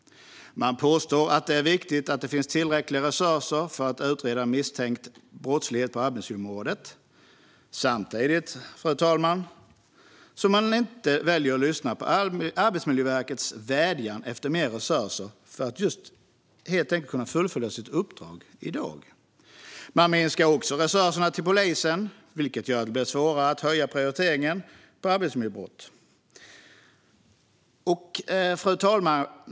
Man påstår att det är viktigt att det finns tillräckliga resurser för att utreda misstänkt brottslighet på arbetsmiljöområdet. Samtidigt väljer man att inte lyssna på Arbetsmiljöverkets vädjan om mer resurser för att kunna fullfölja sitt uppdrag i dag. Man minskar också resurserna till polisen, vilket gör att det blir svårare att höja prioriteringen för arbetsmiljöbrott. Fru talman!